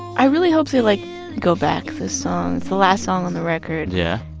i really hope they like go back. this song it's the last song on the record yeah